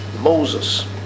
Moses